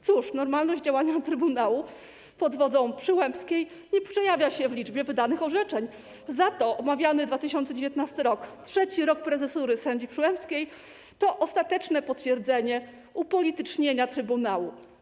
Cóż, normalność działania Trybunału pod wodzą Przyłębskiej nie przejawia się w liczbie wydanych orzeczeń, za to omawiany 2019 r., trzeci rok prezesury sędzi Przyłębskiej, to ostateczne potwierdzenie upolitycznienia trybunału.